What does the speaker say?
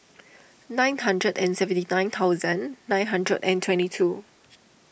nine hundred and seventy nine thousand nine hundred and twenty two